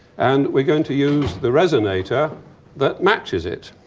and we're going to use the resonator that matches it.